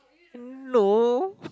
no